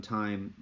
time